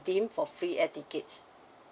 redeem for free air tickets